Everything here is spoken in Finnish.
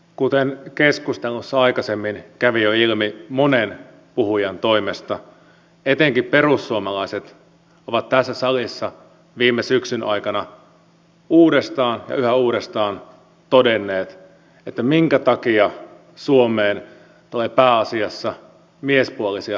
kuten keskustelussa aikaisemmin kävi jo ilmi monen puhujan toimesta etenkin perussuomalaiset ovat tässä salissa viime syksyn aikana uudestaan ja yhä uudestaan todenneet että minkä takia suomeen tulee pääasiassa miespuolisia turvapaikanhakijoita